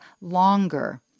longer